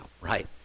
right